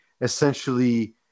essentially